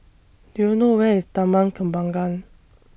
Do YOU know Where IS Taman Kembangan